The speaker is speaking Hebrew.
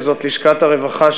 שזאת לשכת הרווחה,